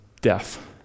death